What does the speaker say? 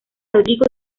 rodrigo